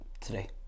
today